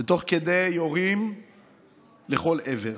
ותוך כדי כך יורים לכל עבר,